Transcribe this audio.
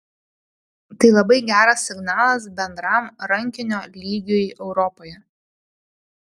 tai labai geras signalas bendram rankinio lygiui europoje